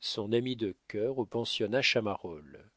son amie de cœur au pensionnat chamarolles